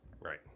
Right